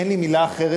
אין לי מילה אחרת,